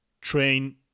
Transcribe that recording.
train